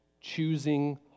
choosing